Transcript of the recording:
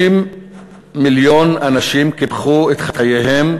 50 מיליון אנשים קיפחו את חייהם